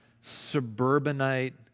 suburbanite